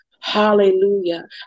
Hallelujah